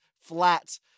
flat